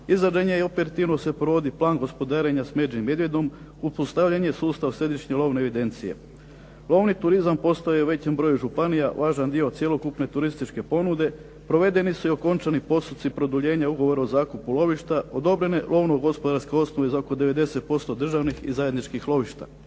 razumije./… operativno se provodi plan gospodarenja smeđim medvjedom, uspostavljen je sustav središnje lovne evidencije. Lovni turizam postaje većem broju županija važan dio cjelokupne turističke ponude, provedeni su i okončani postupci produljenja ugovora o zakupu lovišta, odobrene lovno-gospodarske osnove za oko 90% državnih i zajedničkih lovišta.